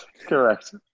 Correct